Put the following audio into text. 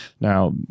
now